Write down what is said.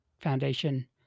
Foundation